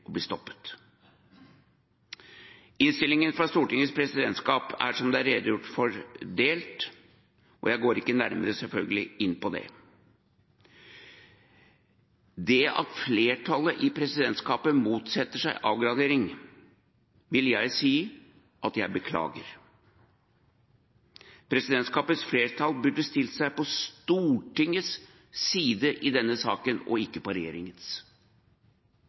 å bli stoppet. Innstillingen fra Stortingets presidentskap er, som det er redegjort for, delt, og jeg går selvfølgelig ikke nærmere inn på det. Det at flertallet i presidentskapet motsetter seg avgradering, vil jeg si at jeg beklager. Presidentskapets flertall burde stilt seg på Stortingets side i denne saken og ikke på regjeringens.